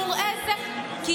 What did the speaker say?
וראה זה, למה לא נתת להם גפ"ן?